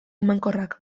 emankorrak